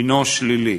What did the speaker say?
הנו שלילי.